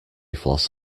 floss